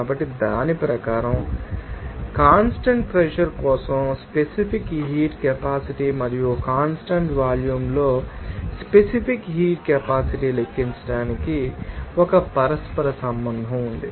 కాబట్టి దాని ప్రకారం మీకు తెలిసినది ఉంటుంది కాన్స్టాంట్ ప్రెషర్ కోసం స్పెసిఫిక్ హీట్ కెపాసిటీ మరియు కాన్స్టాంట్ వాల్యూమ్లో స్పెసిఫిక్ హీట్ కెపాసిటీ లెక్కించడానికి మీకు ఒక పరస్పర సంబంధం ఉంది